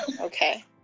Okay